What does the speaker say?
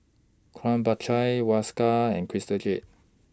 Krombacher Whiskas and Crystal Jade